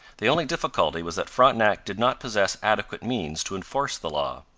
the only difficulty was that frontenac did not possess adequate means to enforce the law.